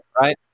right